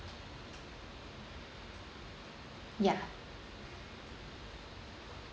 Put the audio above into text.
ya